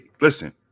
listen